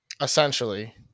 essentially